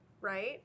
Right